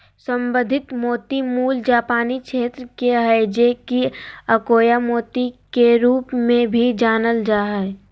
संवर्धित मोती मूल जापानी क्षेत्र के हइ जे कि अकोया मोती के रूप में भी जानल जा हइ